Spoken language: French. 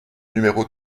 numéro